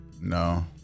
No